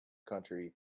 country